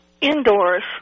indoors